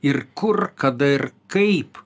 ir kur kada ir kaip